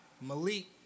Malik